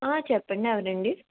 చెప్పండి ఎవరండి